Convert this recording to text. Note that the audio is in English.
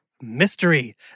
Mystery